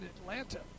Atlanta